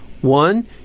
One